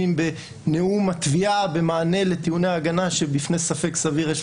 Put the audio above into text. בנאום התביעה במענה לטיעוני ההגנה שבפני ספק סביר יש